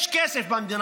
יש כסף במדינה.